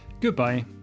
Goodbye